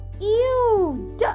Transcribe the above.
Ew